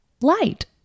light